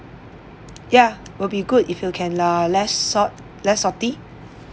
ya will be good if you can lah less salt less salty